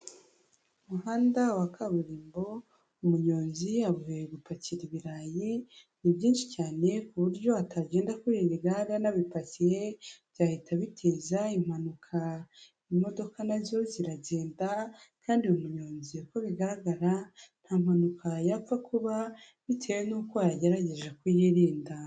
Umuhanda wa kaburimbo, umunyonzi avuye gupakira ibirayi ni byinshi cyane ku buryo atagenda kuri iri gare anabipakiye byahita bi biteza impanuka, imodoka nazo ziragenda kandi uyu munyonzi uko bigaragara nta mpanuka yapfa kuba bitewe n'uko yagerageje kuyirinda.